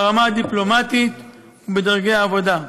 ברמה הדיפלומטית ובדרגי עבודה.